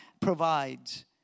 provides